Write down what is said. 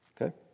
okay